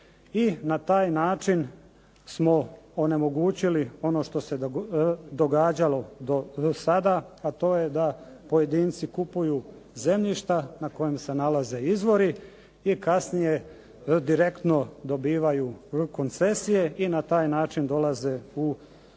i na taj način smo onemogućili ono što se događalo do sada, a to je da pojedinci kupuju zemljišta na kojem se nalaze izvori i kasnije direktno dobivaju koncesije, i na taj način dolaze u posjed